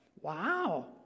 Wow